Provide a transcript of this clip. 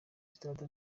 sitade